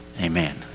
amen